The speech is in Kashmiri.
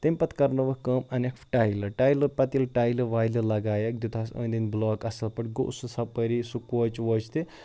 تمہِ پَتہٕ کَرنٲوٕکھ کٲم اَنٮ۪کھ ٹایلہٕ ٹایلہٕ پَتہٕ ییٚلہِ ٹایلہٕ وایلہٕ لَگایَکھ دیُتہَس أنٛدۍ أنٛدۍ بٕلاک اَصٕل پٲٹھۍ گوٚو سُہ سپٲری سُہ کوچہِ ووچہِ تہِ